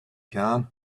can